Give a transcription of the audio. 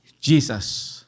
Jesus